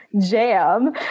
jam